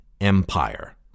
empire